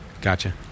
Gotcha